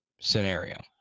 scenario